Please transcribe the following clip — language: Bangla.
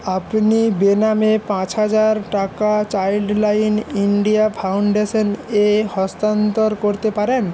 আপনি বেনামে পাঁচ হাজার টাকা চাইল্ড লাইন ইন্ডিয়া ফাউন্ডেশন এ হস্তান্তর করতে পারেন